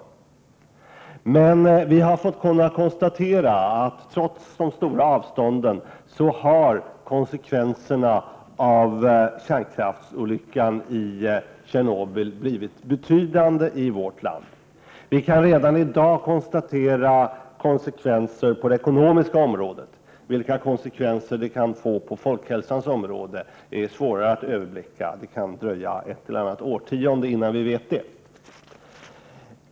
Men vi har kunnat konstatera att konsekvenserna av kärnkraftsolyckan i Tjernobyl, trots de stora avstånden, blivit betydande i vårt land. Vi kan redan i dag konstatera konsekvenser på det ekonomiska området. Vilka konsekvenser olyckan kan få på folkhälsans område är svårare att överblicka. Det kan dröja ett eller annat årtionde, innan vi vet det.